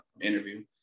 interview